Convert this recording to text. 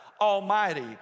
Almighty